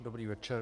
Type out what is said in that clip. Dobrý večer.